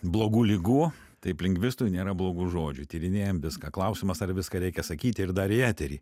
blogų ligų taip lingvistui nėra blogų žodžių tyrinėjam viską klausimas ar viską reikia sakyti ir dar į eterį